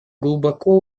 глубоко